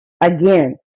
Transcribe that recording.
Again